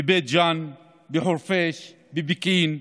בבית ג'ן, בחורפיש, בפקיעין,